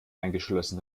eingeschlossen